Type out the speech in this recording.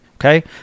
Okay